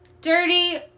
dirty